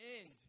end